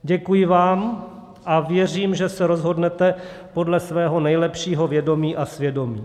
Děkuji vám a věřím, že se rozhodnete podle svého nejlepšího vědomí a svědomí.